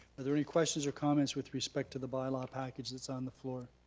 but there any questions or comments with respect to the bylaw package that's on the floor?